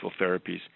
therapies